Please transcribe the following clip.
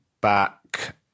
back